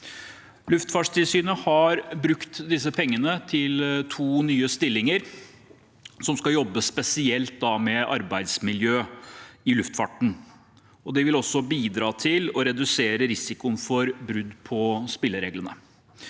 Luftfartstilsynet har brukt disse pengene til to nye stillinger som skal jobbe spesielt med arbeidsmiljø i luftfarten, og det vil også bidra til å redusere risikoen for brudd på spillereglene.